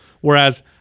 whereas